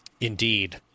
Indeed